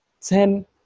ten